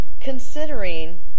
considering